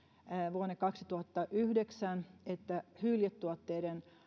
vuonna kaksituhattayhdeksän että hyljetuotteiden